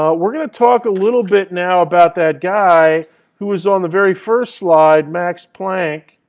um we're going to talk a little bit now about that guy who is on the very first slide, max planck.